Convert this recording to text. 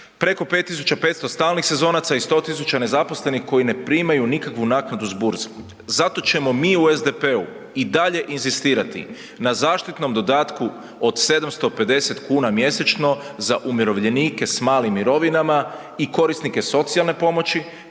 preko 5500 stalnih sezonaca i 100 tisuća nezaposlenih koji ne primaju nikakvu naknadu s burze. Zato ćemo mi u SDP-u i dalje inzistirati na zaštitnom dodatku od 750 kuna mjesečno za umirovljenike s malim mirovinama i korisnike socijalne pomoći,